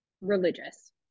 religious